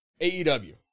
AEW